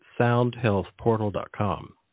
soundhealthportal.com